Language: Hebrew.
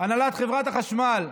הנהלת חברת החשמל,